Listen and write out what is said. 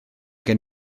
gen